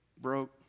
broke